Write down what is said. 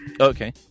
Okay